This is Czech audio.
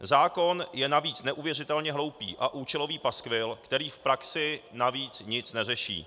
Zákon je navíc neuvěřitelně hloupý a účelový paskvil, který v praxi navíc nic neřeší.